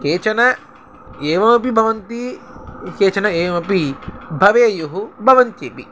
केचन एवमपि भवन्ति केचन एवमपि भवेयुः भवन्त्यपि